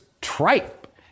tripe